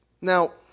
now